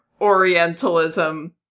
Orientalism